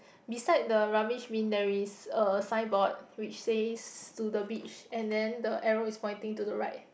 beside the rubbish bin there is a signboard which says to the beach and then the arrow is pointing to the right